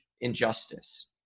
injustice